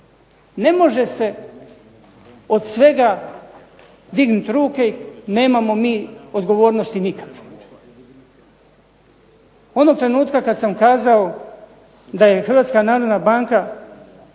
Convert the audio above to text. Ne može se od svega dignuti ruke i nemamo mi odgovornosti nikakve. Onog trenutka kada sam kazao da je Hrvatska narodna banka